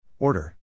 Order